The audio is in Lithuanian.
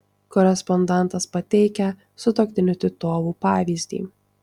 korespondentas pateikia sutuoktinių titovų pavyzdį